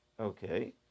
Okay